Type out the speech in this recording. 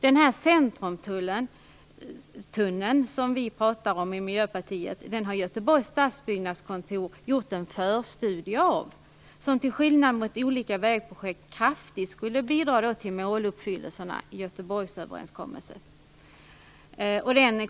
Den centrumtunnel som vi i Miljöpartiet talar om har Stadsbyggnadskontoret gjort en förstudie om. Till skillnad mot olika vägprojekt skulle denna tunnel kraftigt bidra till måluppfyllelserna i Göteborgsöverenskommelsen.